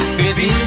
baby